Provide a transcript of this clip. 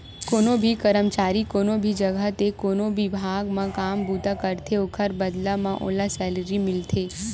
कोनो भी करमचारी कोनो भी जघा ते कोनो बिभाग म काम बूता करथे ओखर बदला म ओला सैलरी मिलथे